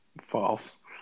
False